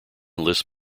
lists